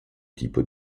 tipo